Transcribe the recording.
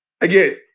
Again